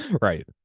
Right